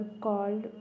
called